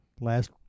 last